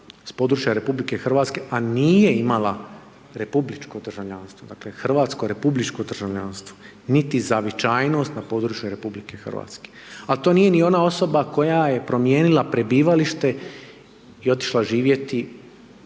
s područja RH, a nije imala republiku državljanstvo, dakle hrvatsko republičko državljanstvo, niti zavičajnost na području RH. A to nije ni ona osoba koja je promijenila prebivalište i otišla živjeti